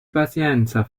pazienza